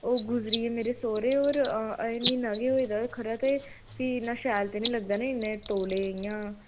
ओह् गुजरी गे मेरे सोह्रे होर अजें म्हीना बी निं होए दा खबरै ते भी इन्ना शैल ते निं लगदा निं इन्ना तौले इ'यां